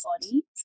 body